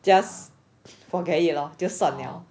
just forget it lor 就算 liao